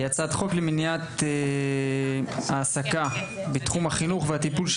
הצעת חוק למניעת העסקה בתחום החינוך והטיפול של